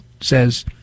says